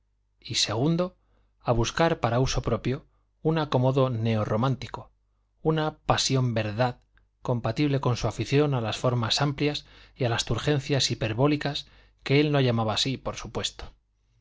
y o a buscar para uso propio un acomodo neo romántico una pasión verdad compatible con su afición a las formas amplias y a las turgencias hiperbólicas que él no llamaba así por supuesto